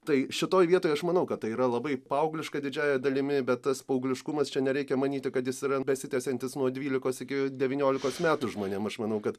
tai šitoj vietoj aš manau kad tai yra labai paaugliška didžiąja dalimi bet tas paaugliškumas čia nereikia manyti kad jis yra besitęsiantis nuo dvylikos iki devyniolikos metų žmonėm aš manau kad